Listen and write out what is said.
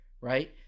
right